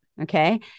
Okay